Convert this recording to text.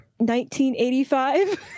1985